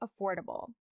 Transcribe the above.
affordable